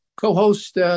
co-host